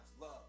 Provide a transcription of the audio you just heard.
love